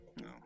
no